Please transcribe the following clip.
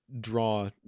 draw